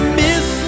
miss